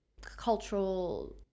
cultural